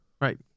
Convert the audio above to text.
Right